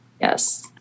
yes